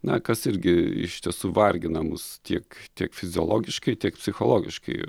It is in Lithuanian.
na kas irgi iš tiesų vargina mus tiek tiek fiziologiškai tiek psichologiškai